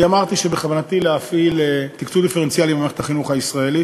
אני אמרתי שבכוונתי להפעיל תקצוב דיפרנציאלי במערכת החינוך הישראלית